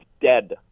dead